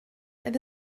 oedd